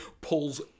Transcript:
pulls